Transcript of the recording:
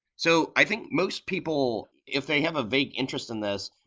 so i think most people, if they have a vague interest in this,